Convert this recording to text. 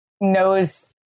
knows